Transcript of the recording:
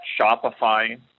Shopify